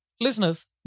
Listeners